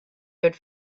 good